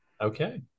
Okay